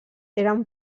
eren